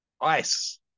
Ice